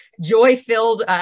joy-filled